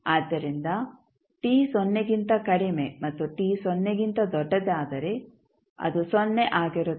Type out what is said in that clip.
ಆದ್ದರಿಂದ t ಸೊನ್ನೆಗಿಂತ ಕಡಿಮೆ ಮತ್ತು t ಸೊನ್ನೆಗಿಂತ ದೊಡ್ಡದಾದರೆ ಅದು ಸೊನ್ನೆ ಆಗಿರುತ್ತದೆ